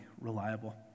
reliable